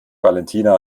valentina